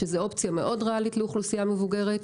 שזו אופציה מאוד ריאלית לאוכלוסייה מבוגרת,